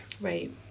Right